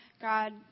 God